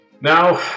Now